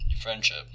friendship